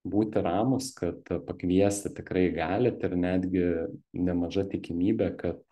būti ramūs kad pakviesti tikrai galit ir netgi nemaža tikimybė kad